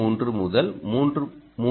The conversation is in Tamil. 3 முதல் 3